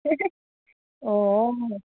অঁ